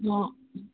অঁ